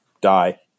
die